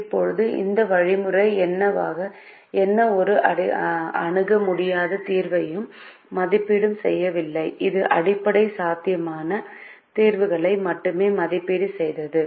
இப்போது இந்த வழிமுறை எந்தவொரு அணுக முடியாத தீர்வையும் மதிப்பீடு செய்யவில்லை இது அடிப்படை சாத்தியமான தீர்வுகளை மட்டுமே மதிப்பீடு செய்தது